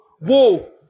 whoa